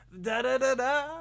Da-da-da-da